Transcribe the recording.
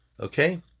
Okay